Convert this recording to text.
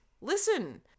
listen